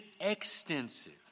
extensive